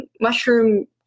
mushroom